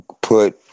put